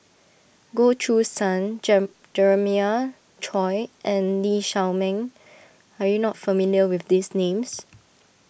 Goh Choo San Jem Jeremiah Choy and Lee Shao Meng are you not familiar with these names